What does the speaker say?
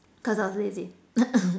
cos I was lazy